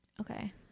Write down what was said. Okay